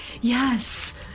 Yes